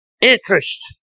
interest